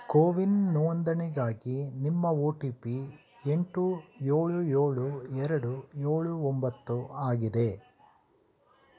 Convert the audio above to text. ಕೋವಿನ್ ನೋಂದಣಿಗಾಗಿ ನಿಮ್ಮ O T P ಎಂಟು ಏಳು ಏಳು ಎರಡು ಏಳು ಒಂಬತ್ತು ಆಗಿದೆ